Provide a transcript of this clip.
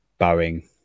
Boeing